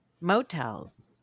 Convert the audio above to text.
Motels